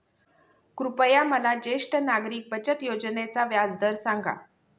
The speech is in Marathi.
कृपया मला ज्येष्ठ नागरिक बचत योजनेचा व्याजदर सांगा